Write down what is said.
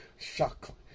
chocolate